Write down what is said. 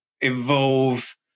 evolve